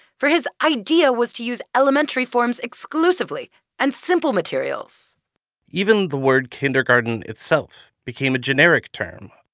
for his idea was to use elementary forms exclusively and simple materials even the word kindergarten itself became a generic term,